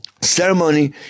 ceremony